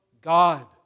God